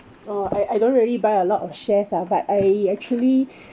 oh I I don't really buy a lot of shares ah but I actually